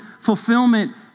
fulfillment